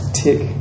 tick